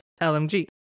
LMG